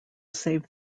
save